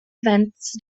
events